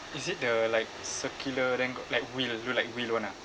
is it the like circular then got like wheel look like wheel [one] ah